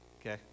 Okay